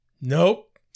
Nope